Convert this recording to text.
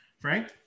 Frank